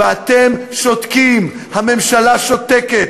ואתם שותקים, הממשלה שותקת.